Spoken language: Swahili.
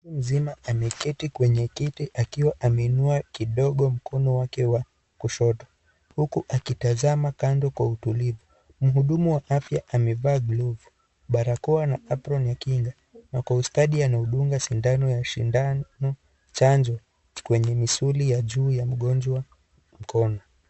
Mzima meketi kwenye kiti akiwa ameinua kidogo mkono wake wa kushoto huku akitazama Kando Kwa utulivu. Mhudumu wa afya amevaa glovu, barakoa na apron ya kinga ako ustadi anaudunga sindano ,chanjo kwenye misuli ya juu ya mgonjwa mkono.